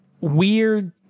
weird